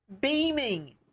beaming